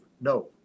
No